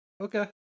Okay